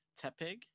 Tepig